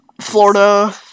Florida